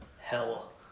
Hell